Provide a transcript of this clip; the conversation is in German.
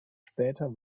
später